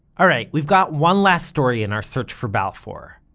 alright, we've got one last story in our search for balfour.